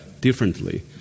differently